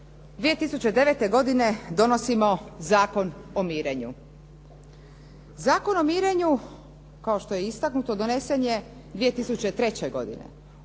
2009. godine donosimo Zakon o mirenju. Zakon o mirenju kao što je istaknuto donesen je 2003. godine.